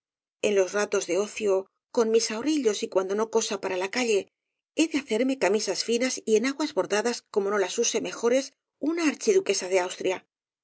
en los ratos de ocio con mis ahorrillos y cuando no cosa para la calle he de hacerme cami sas finas y enaguas bordadas como no las use me jores una archiduquesa de austria